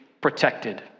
protected